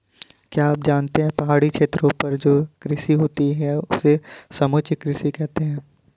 क्या आप जानते है पहाड़ी क्षेत्रों पर जो कृषि होती है उसे समोच्च कृषि कहते है?